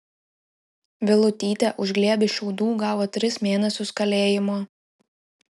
vilutytė už glėbį šiaudų gavo tris mėnesius kalėjimo